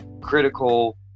critical